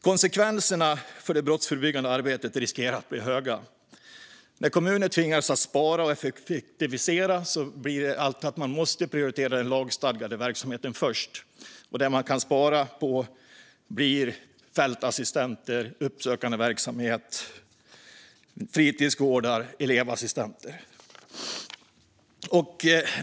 Konsekvenserna för det brottsförebyggande arbetet riskerar att bli stora. När kommuner tvingas spara och effektivisera blir det alltid så att de måste prioritera den lagstadgade verksamheten. Det de kan spara på blir fältassistenter, uppsökande verksamhet, fritidsgårdar och elevassistenter.